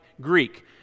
Greek